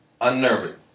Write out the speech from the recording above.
unnerving